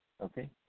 Okay